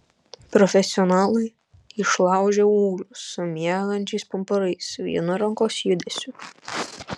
profesionalai išlaužia ūglius su miegančiais pumpurais vienu rankos judesiu